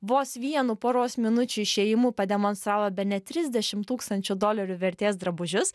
vos vienu poros minučių išėjimu pademonstravo bene trisdešim tūkstančių dolerių vertės drabužius